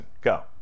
Go